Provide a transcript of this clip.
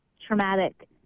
traumatic